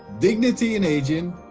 dignity and aging,